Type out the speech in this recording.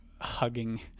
hugging